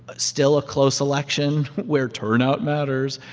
still a close election where turnout matters,